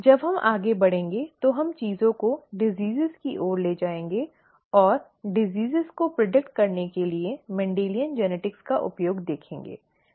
जब हम आगे बढ़ेंगे तो हम चीजों को बीमारियों की ओर ले जाएंगे और बीमारियों की भविष्यवाणी करने के लिए मेंडेलियन आनुवंशिकी 'Mendelian genetics' का उपयोग देखेंगे